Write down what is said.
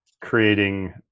creating